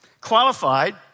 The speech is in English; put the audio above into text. qualified